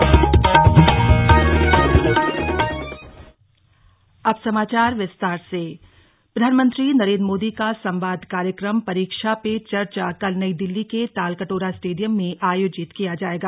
परीक्षा पे चर्चा प्रधानमंत्री नरेन्द्र मोदी का संवाद कार्यक्रम परीक्षा पे चर्चा कल नई दिल्ली के तालकटोरा स्टेडियम में आयोजित किया जायेगा